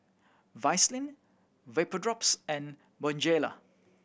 Vaselin Vapodrops and Bonjela